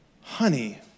honey